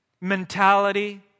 mentality